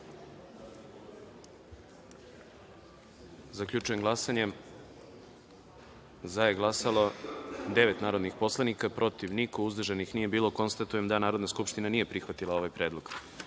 predlog. Zaključujem glasanje: za je glasalo – 12 narodnih poslanika, protiv – niko, uzdržanih – nije bilo. Konstatujem da Narodna skupština nije prihvatila ovaj predlog. Narodni